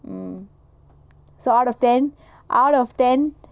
mm so out of ten out of ten